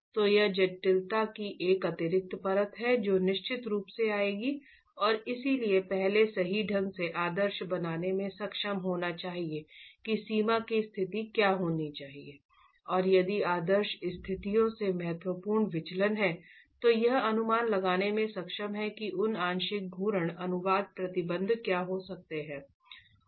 तो यह जटिलता की एक अतिरिक्त परत है जो निश्चित रूप से आएगी और इसलिए पहले सही ढंग से आदर्श बनाने में सक्षम होना चाहिए कि सीमा की स्थिति क्या होनी चाहिए और यदि आदर्श स्थितियों से महत्वपूर्ण विचलन है तो यह अनुमान लगाने में सक्षम है कि उन आंशिक घूर्णन अनुवाद प्रतिबंध क्या हो सकते हैं